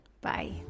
Bye